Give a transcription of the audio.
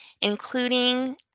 including